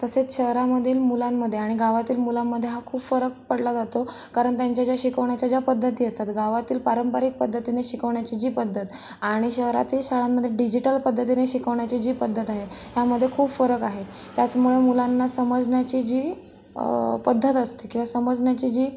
तसेच शहरामधील मुलांमध्ये आणि गावातील मुलांमध्ये हा खूप फरक पडला जातो कारण त्यांच्या ज्या शिकवण्याच्या ज्या पद्धती असतात गावातील पारंपरिक पद्धतींने शिकवण्याची जी पद्धत आणि शहरातील शाळांमध्ये डिजिटल पद्धतीने शिकवण्याची जी पद्धत आहे हयामध्ये खूप फरक आहे त्याचमुळे मुलांना समजण्याची जी जी पद्धत असते किंवा समजण्याची जी